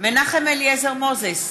מנחם אליעזר מוזס,